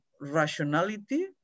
rationality